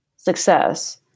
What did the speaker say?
success